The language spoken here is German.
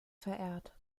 verehrt